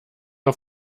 auf